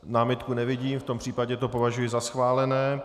Námitku nevidím, v tom případě to považuji za schválené.